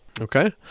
Okay